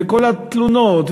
וכל התלונות,